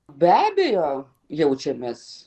be abejo jaučiamės